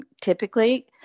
typically